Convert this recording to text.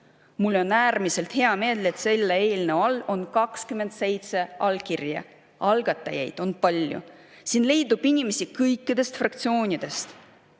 Mul on äärmiselt hea meel, et selle eelnõu all on 27 allkirja. Algatajaid on palju, siin leidub inimesi kõikidest fraktsioonidest.